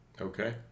Okay